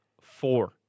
Four